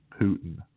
putin